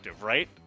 right